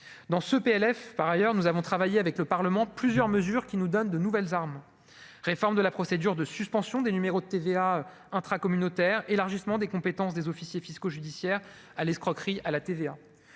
dans ce PLF par ailleurs, nous avons travaillé avec le Parlement, plusieurs mesures qui nous donne de nouvelles armes, réforme de la procédure de suspension des numéros de TVA intracommunautaire, élargissement des compétences des officiers fiscaux judiciaires à l'escroquerie à la TVA,